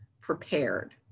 prepared